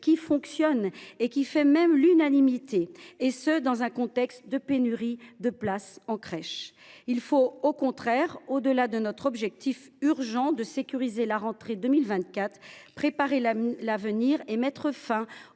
qui fonctionne et fait même l’unanimité, dans un contexte de pénurie de places en crèche ? Il faut au contraire, au delà de notre objectif urgent – sécuriser la rentrée 2024 –, préparer l’avenir et mettre fin aux